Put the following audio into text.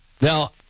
Now